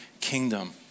kingdom